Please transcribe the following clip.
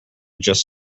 just